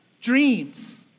dreams